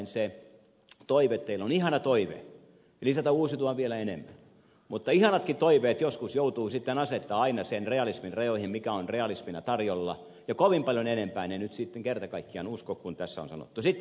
teillä on se ihana toive lisätä uusiutuvaa vielä enemmän mutta ihanatkin toiveet joskus joutuu sitten asettamaan aina sen realismin rajoihin mikä on realismina tarjolla ja kovin paljon enempään en nyt kerta kaikkiaan usko kuin tässä on sanottu